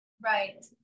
Right